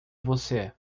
você